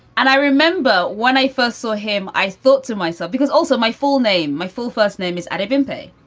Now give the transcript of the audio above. and i remember when i first saw him, i thought to myself because also my full name. my full first name is evan bayh.